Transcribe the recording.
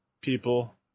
people